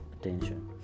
attention